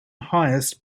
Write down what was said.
highest